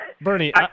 Bernie